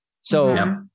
So-